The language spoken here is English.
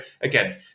Again